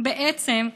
בעצם,